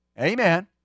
Amen